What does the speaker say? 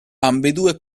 ambedue